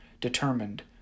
Determined